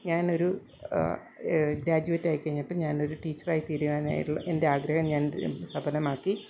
ഞാനൊരു ഗ്രാജുവേറ്റായിക്കഴിഞ്ഞപ്പം ഞാനൊരു ടീച്ചറായിത്തീരാനായുള്ള എൻ്റെ ആഗ്രഹം ഞാൻ സഫലമാക്കി